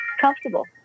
comfortable